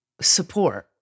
support